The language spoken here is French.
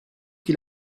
qui